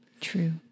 true